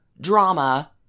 drama